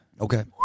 Okay